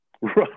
right